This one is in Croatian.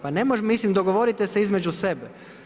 Pa ne možemo, mislim dogovorite se između sebe.